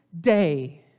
day